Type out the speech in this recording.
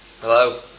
Hello